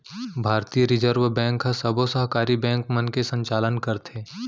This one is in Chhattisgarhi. भारतीय रिजर्व बेंक ह सबो सहकारी बेंक मन के संचालन करथे